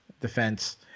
defense